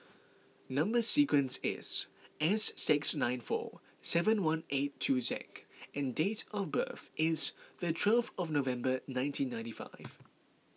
Number Sequence is S six nine four seven one eight two Zak and dates of birth is the twelve of November nineteen ninety five